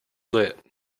lit